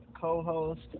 co-host